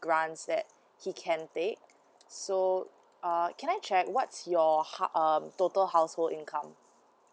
grants that he can take so uh can I check what's your hou~ um total household income